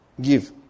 Give